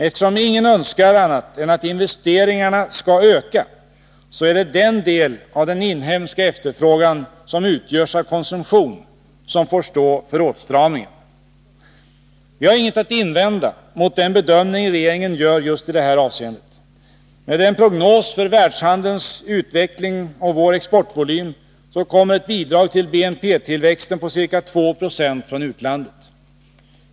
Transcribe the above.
Eftersom ingen önskar annat än att investeringarna skall öka, är det den del av den inhemska efterfrågan som utgörs av konsumtion som får stå för åtstramningen. Vi har inget att invända mot den bedömning som regeringen gör just i detta avseende. Med den prognosen för världshandelns utveckling och vår exportvolym kommer ett bidrag till BNP-tillväxten på ca 2 20 från utlandet.